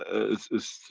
is, is.